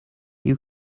you